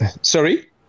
Sorry